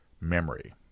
memory